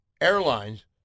Airlines